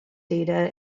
data